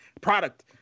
product